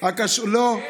לא.